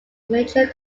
major